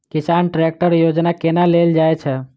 किसान ट्रैकटर योजना केना लेल जाय छै?